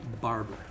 barber